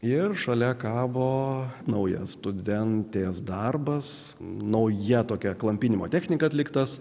ir šalia kabo naujas studentės darbas nauja tokia klampinimo technika atliktas